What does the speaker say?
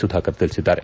ಸುಧಾಕರ್ ತಿಳಿಸಿದ್ದಾರೆ